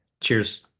Cheers